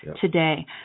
today